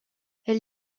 elle